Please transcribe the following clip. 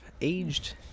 aged